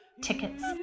tickets